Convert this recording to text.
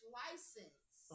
license